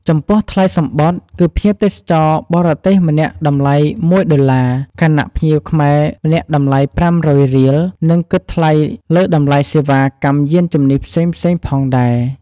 ចំពោះថ្លៃសំបុត្រ គឺភ្ញៀវទេសចរបរទេសម្នាក់តម្លៃមួយដុល្លារ ខណ:ភ្ញៀវខ្មែរម្នាក់តម្លៃប្រាំរយរៀល និងគិតថ្លៃលើតម្លៃសេវាកម្មយានជំនិះផ្សេងៗផងដែរ។